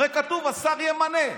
הרי כתוב: השר ימנה.